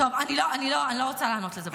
טוב, אני לא רוצה לענות על זה בכלל.